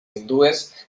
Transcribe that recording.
hindúes